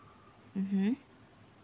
mmhmm